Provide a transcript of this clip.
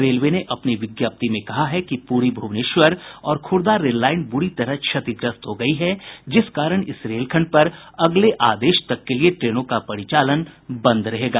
railway ने अपनी विज्ञप्ति में कहा है कि पुरी भुवनेश्वर और खुर्दा रेल लाईन बुरी तरह क्षतिग्रस्त हो गयी है जिस कारण इस रेलखंड पर अगले आदेश तक के लिए ट्रेनों का परिचालन बंद रहेगा